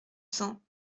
cents